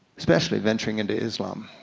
especially venturing into islam.